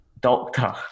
doctor